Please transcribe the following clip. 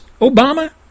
Obama